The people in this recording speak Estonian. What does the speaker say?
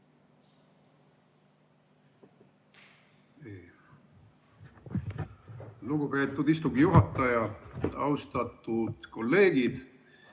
Lugupeetud istungi juhataja! Austatud kolleegid!